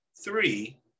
three